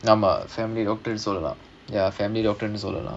நம்ம:namma family doctor னு சொல்லலாம்:nu sollalaam ya family doctor சொல்லலாம்:sollalaam